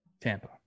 Tampa